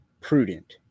prudent